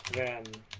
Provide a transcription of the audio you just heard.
than